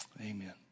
Amen